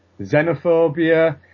xenophobia